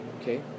okay